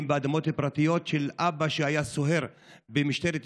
שהם באדמות פרטיות של אבא שהיה סוהר במשטרת ישראל,